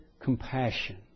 compassion